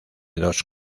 dos